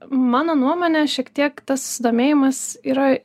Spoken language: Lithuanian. mano nuomone šiek tiek tas susidomėjimas yra